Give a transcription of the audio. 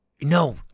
no